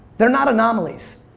they're not anomalies.